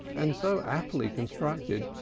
and so aptly constructed,